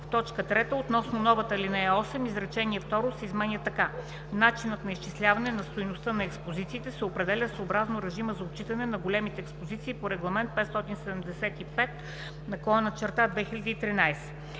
в т. 3 относно новата ал. 8 изречение второ се изменя така: „Начинът на изчисляване на стойността на експозициите се определя съобразно режима за отчитане на големите експозиции по Регламент 575/2013.“